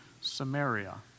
Samaria